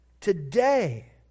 today